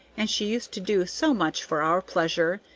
and she used to do so much for our pleasure,